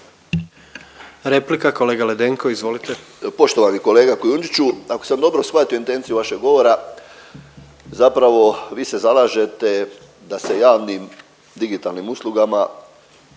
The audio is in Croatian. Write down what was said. Replika kolega Ledenko, izvolite. **Ledenko, Ivica (MOST)** Poštovani kolega Kujundžiću ako sam dobro shvatio intenciju vašeg govora zapravo vi se zalažete da se javnim digitalnim uslugama